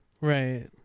Right